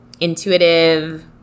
intuitive